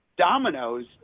dominoes